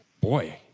boy